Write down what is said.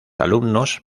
alumnos